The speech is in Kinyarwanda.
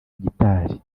gitari